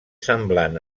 semblant